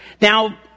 now